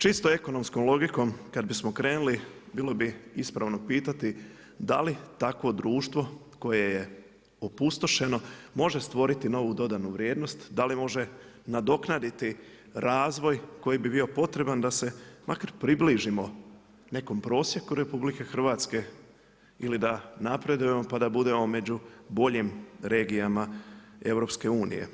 Čistom ekonomskom logikom kada bismo krenuli, bilo bi ispravno pitati, da li takvo društvo koje je opustošeno, može stvoriti novu dodanu vrijednost, da li može nadoknaditi razvoj koji bi bio potreban da se makar približimo nekom prosjeku RH, ili da napredujemo pa da budemo među boljim regijama EU.